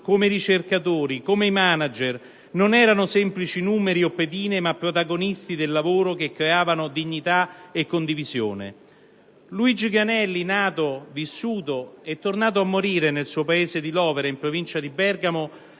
come i ricercatori, come i manager, non erano semplici numeri o pedine, ma protagonisti del lavoro creando dignità e condivisione. Luigi Granelli, nato, vissuto e tornato a morire nel suo paese di Lovere, in provincia di Bergamo,